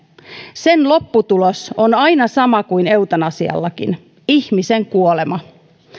sen lopputulos on aina sama kuin eutanasiallakin ihmisen kuolema